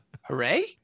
Hooray